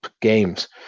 games